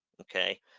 okay